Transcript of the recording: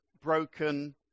broken